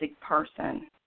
person